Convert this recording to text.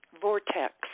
vortex